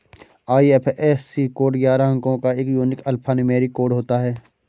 IFSC code ग्यारह अंको का एक यूनिक अल्फान्यूमैरिक कोड होता है